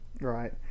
Right